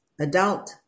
adult